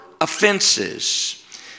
offenses